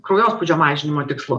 kraujospūdžio mažinimo tikslu